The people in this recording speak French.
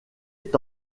est